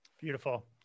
Beautiful